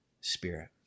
Spirit